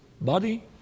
body